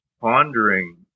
pondering